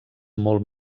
molt